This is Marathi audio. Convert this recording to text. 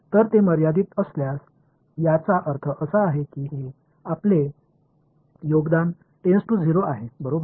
तर ते मर्यादित असल्यास याचा अर्थ असा आहे की हे आपले योगदान टेन्ड टू 0 आहे बरोबर